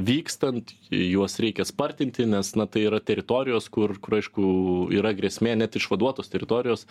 vykstant juos reikia spartinti nes na tai yra teritorijos kur kur aišku yra grėsmė net išvaduotos teritorijos